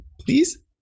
please